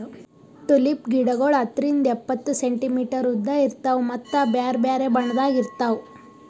tulip ಗಿಡಗೊಳ್ ಹತ್ತರಿಂದ್ ಎಪ್ಪತ್ತು ಸೆಂಟಿಮೀಟರ್ ಉದ್ದ ಇರ್ತಾವ್ ಮತ್ತ ಬ್ಯಾರೆ ಬ್ಯಾರೆ ಬಣ್ಣದಾಗ್ ಇರ್ತಾವ್